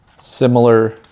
similar